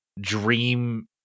dream